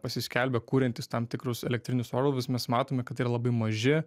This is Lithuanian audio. pasiskelbę kuriantys tam tikrus elektrinius orlaivius mes matome kad jie yra labai maži